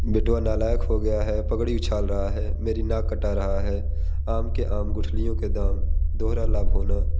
बेटवा नालायक हो गया है पगड़ी उछाल रहा है मेरी नाक कटा रहा है आम के आम गुठलियों के दाम दोहरा लाभ होना